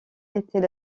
était